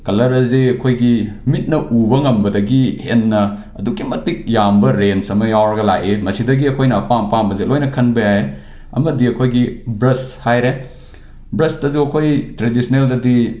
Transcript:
colour ꯑꯁꯤ ꯑꯩꯈꯣꯏꯒꯤ ꯃꯤꯠꯅ ꯎꯕ ꯉꯝꯕꯗꯒꯤ ꯍꯦꯟꯅ ꯑꯗꯨꯛꯀꯤ ꯃꯇꯤꯛ ꯌꯥꯝꯕ ꯔꯦꯟꯁ ꯑꯃ ꯌꯥꯎꯔꯒ ꯂꯥꯛꯑꯦ ꯃꯁꯤꯗꯒꯤ ꯑꯩꯈꯣꯏꯅ ꯑꯄꯥꯝ ꯑꯄꯥꯝꯕꯁꯦ ꯂꯣꯏꯅ ꯈꯟꯕ ꯌꯥꯏ ꯑꯃꯗꯤ ꯑꯩꯈꯣꯏꯒꯤ ꯕ꯭ꯔꯁ ꯍꯥꯏꯔꯦ ꯕ꯭ꯔꯁꯇꯁꯨ ꯑꯩꯈꯣꯏ ꯇ꯭ꯔꯦꯗꯤꯁ꯭ꯅꯦꯜꯗꯗꯤ